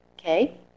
Okay